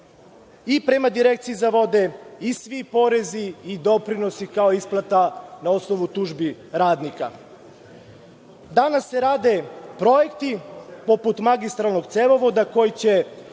i prema Direkciji za vode i svi porezi i doprinosi kao i isplata na osnovu tužbi radnika. Danas se rade projekti poput magistralnog cevovoda koji će